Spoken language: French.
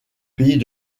pays